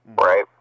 right